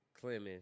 Clemens